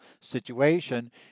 situation